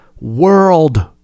world